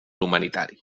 humanitari